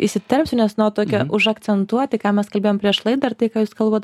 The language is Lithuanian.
įsiterpsiu nes tokią užakcentuoti ką mes kalbėjom prieš laidą ir tai ką jūs kalbat